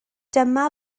dyma